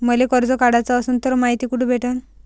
मले कर्ज काढाच असनं तर मायती कुठ भेटनं?